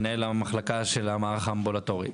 מנהל המחלקה של המערך האמבולטורי.